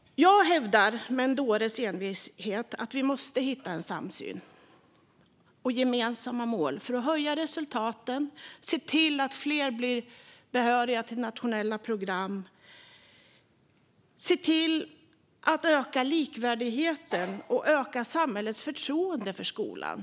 Jag hävdar med en dåres envishet att vi måste hitta en samsyn och gemensamma mål för att höja resultaten och se till att fler blir behöriga till nationella program. Vi måste öka likvärdigheten och öka samhällets förtroende för skolan.